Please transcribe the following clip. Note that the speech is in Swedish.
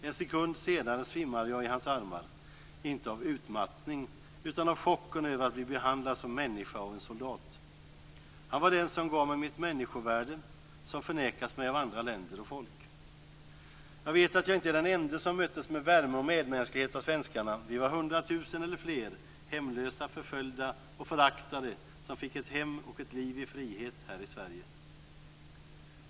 En sekund senare svimmade jag i hans armar, inte av utmattning utan av chocken över att bli behandlad som människa av en soldat. Han var den som gav mig mitt människovärde, som förnekats mig av andra länder och folk. Jag vet att jag inte är den ende som möttes med värme och medmänsklighet av svenskarna. Vi var 100 000 eller fler hemlösa, förföljda och föraktade som fick ett hem och ett liv i frihet här i Sverige.